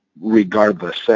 regardless